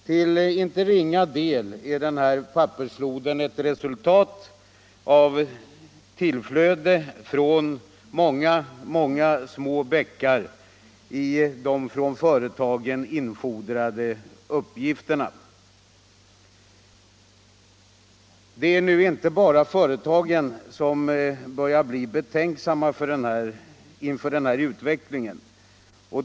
Till inte ringa del är pappersfloden ett resultat av tillflöden från de många, många små bäckar som de ifrån företagen infordrade uppgifterna representerar. Det är nu inte bara företagen som börjar bli betänksamma inför denna utveckling.